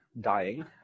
dying